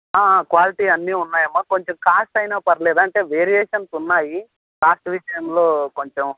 quality అన్ని ఉన్నాయమ్మా కొంచం కాస్ట్ అయినా పర్లేదా అంటే వేరియేషన్స్ ఉన్నాయి కాస్ట్ విషయంలో కొంచం